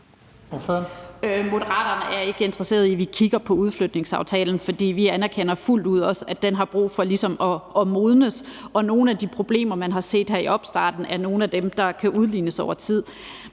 Moderaterne er ikke interesseret i, at vi kigger på udflytningsaftalen, for vi anerkender også fuldt ud, at den har brug for ligesom at modnes. Og nogle af de problemer, man har set her i opstarten, er nogle af dem, der kan udlignes over tid.